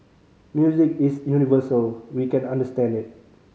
music is universal we can understand it